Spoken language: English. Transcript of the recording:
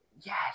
Yes